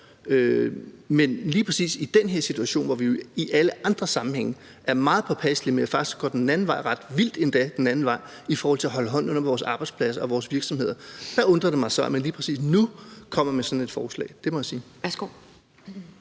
Men lige præcis i den her situation, hvor vi i alle andre sammenhænge er meget påpasselige og går ret meget den anden vej i forhold til at holde hånden under vores arbejdspladser og vores virksomheder, så undrer det mig så, at man lige præcis nu kommer med sådan et forslag. Det må jeg sige.